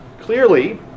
Clearly